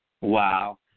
Wow